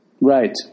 Right